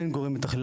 אין גורם מתכלל,